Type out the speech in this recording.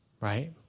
right